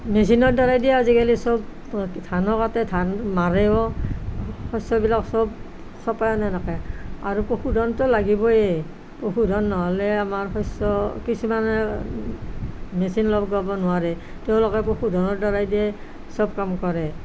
মেচিনৰ দ্বাৰাইদি আজিকালি চব ধানো কাটে ধান মাৰেও শস্যবিলাক চব চপাই আনে এনেকৈ আৰু পশুধনটো লাগিবই পশুধন নহ'লে আমাৰ শস্য কিছুমানে মেচিন লগাব নোৱাৰে তেওঁলোকে পশুধনৰ দ্বাৰাইদিয়ে চব কাম কৰে